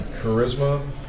charisma